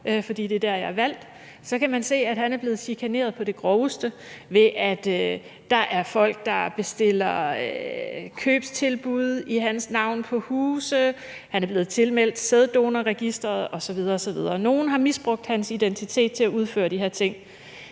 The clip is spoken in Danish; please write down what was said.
for det er der, jeg er valgt, kan man se, at han er blevet chikaneret på det groveste, ved at der er folk, der har bestilt købstilbud i hans navn på huse, og han er blevet tilmeldt sæddonorregisteret osv. osv. Nogle har misbrugt hans identitet til at udføre de her ting.